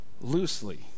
loosely